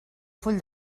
full